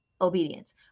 obedience